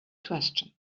question